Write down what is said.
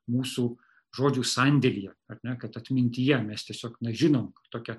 mūsų žodžių sandėlyje ar ne kad atmintyje mes tiesiog nežinom tokia